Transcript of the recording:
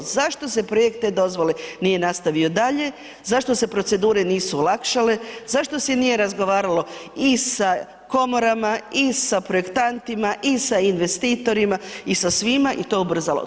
Zašto se projekt eDozvole nije nastavio dalje, zašto se procedure nisu olakšale, zašto se nije razgovaralo i sa komorama i sa projektantima i sa investitorima i sa svima i to ubrzalo?